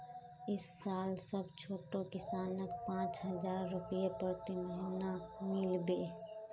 इस साल सब छोटो किसानक पांच हजार रुपए प्रति महीना मिल बे